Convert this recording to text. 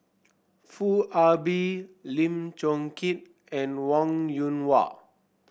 Foo Ah Bee Lim Chong Keat and Wong Yoon Wah